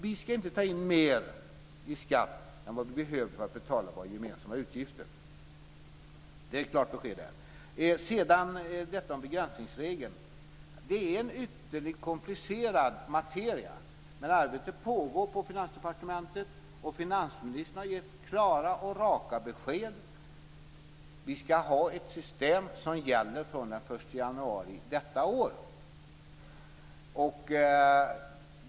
Vi ska inte ta in mer i skatt än vi behöver för att betala våra gemensamma utgifter. Det är klart besked. Begränsningsregeln är en ytterligt komplicerad materia. Men arbetet pågår på Finansdepartementet, och finansministern har gett klara och raka besked. Vi ska ha ett system som gäller från den 1 januari detta år.